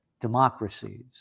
democracies